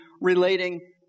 relating